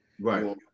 Right